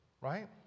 right